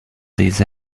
these